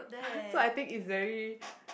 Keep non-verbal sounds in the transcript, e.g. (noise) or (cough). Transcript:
(laughs) so I think it's very